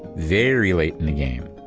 very late in the game,